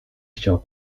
chciał